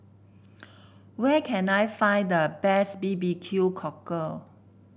where can I find the best B B Q Cockle